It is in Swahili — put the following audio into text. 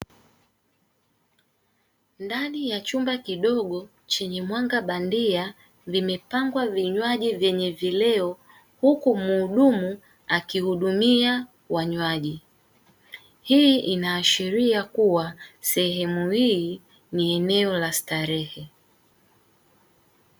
Ndani ya chumba kidogo chenye mwanga bandia vimepangwa vinywaji vyenye vileo, huku mhudumu akihudumia wanywaji hii inaashiria kuwa, sehemu hii ni eneo la starehe.